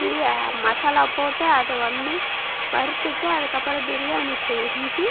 பிரியா மசாலா போட்டு அதை வந்து வறுத்துட்டு அதுக்கப்புறம் பிரியாணி செஞ்சு